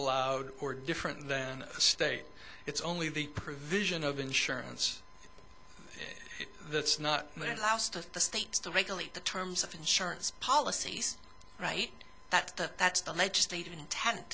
allowed or different than state it's only the provision of insurance that's not my last of the states to regulate the terms of insurance policies right that that's the legislative intent